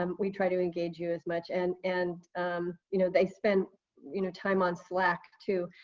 um we try to engage you as much. and and um you know they spent you know time on slack, too,